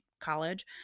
college